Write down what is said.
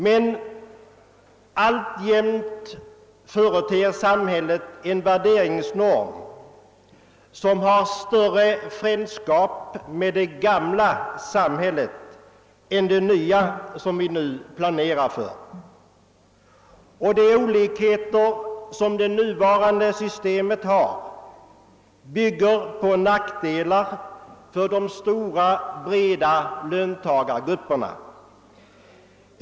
Men alltjämt tillämpas en värderingsnorm som har större frändskap med det gamla samhället än med det nya, som vi nu planerar för. Olikheterna inom det nuvarande systemet medför nack delar för de stora löntagargrupperna.